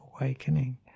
awakening